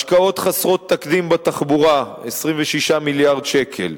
השקעות חסרות תקדים בתחבורה, 26 מיליארד שקל,